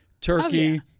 turkey